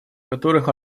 которых